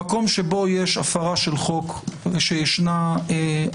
במקום שבו יש הפרה של חוק ושיש אפליה,